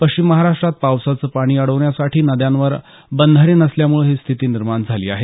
पश्चिम महाराष्ट्रात पावसाचं पाणी अडवण्यासाठी नद्यांवर बंधारे नसल्यामुळे ही स्थिती निर्माण झाली आहे